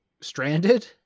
stranded